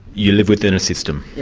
you live within a system?